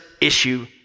issue